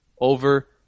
over